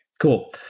Cool